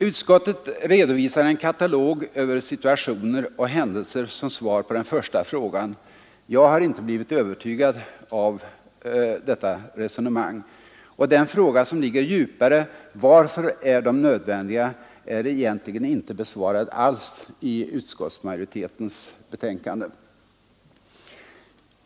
Utskottet redovisar en katalog över situationer och händelser som svar på den första frågan. Jag har inte blivit övertygad av detta resonemang, och den fråga som ligger djupare — Varför är de nödvändiga? — är egentligen inte besvarad alls i utskottsmajoritetens skrivning.